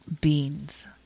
beans